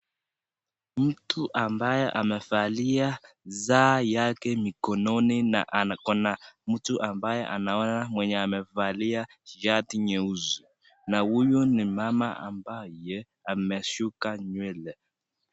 Mtu ambaye amevalia saa yake mikononi na akona mtu ambaye ana kaa mwenye amevalia shati nyeusi, na huyu ni mama ambaye ameshuka nywele.